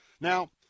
now